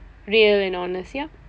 real and honest yeah